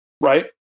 right